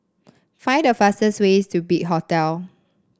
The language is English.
find the fastest way to Big Hotel